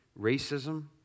racism